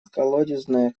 колодезное